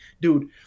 dude